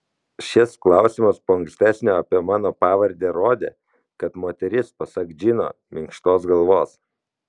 šis klausimas po ankstesnio apie mano pavardę rodė kad moteris pasak džino minkštos galvos